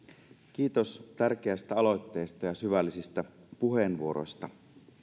kiitos tärkeästä aloitteesta ja syvällisistä puheenvuoroista